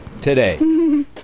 today